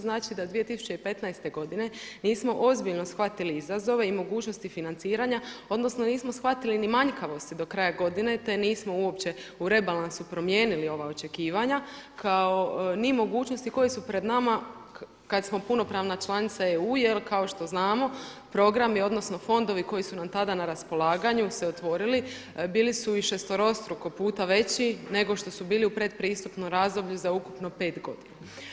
Znači da 2015. godine nismo ozbiljno shvatili izazove i mogućnosti financiranja odnosno nismo shvatili ni manjkavosti do kraja godine, te nismo uopće u rebalansu promijenili ova očekivanja kao ni mogućnosti koje su pred nama kada smo punopravna članica EU jer kao što znamo program je, odnosno fondovi koji su nam tada na raspolaganju se otvorili, bili su i šesterostruko puta veći nego što su bili u pretpristupnom razdoblju za ukupno 5 godina.